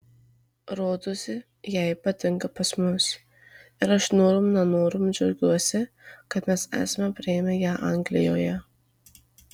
rodosi jai patinka pas mus ir aš norom nenorom džiaugiuosi kad mes esame priėmę ją anglijoje